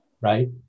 right